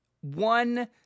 one